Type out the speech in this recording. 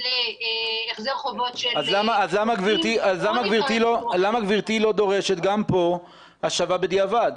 להחזר חובות של --- אז למה גברתי לא דורשת גם פה השבה בדיעבד?